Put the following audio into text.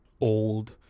old